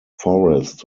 forrest